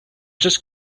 just